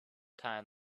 time